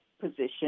position